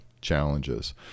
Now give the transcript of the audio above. challenges